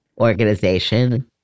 organization